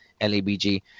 LABG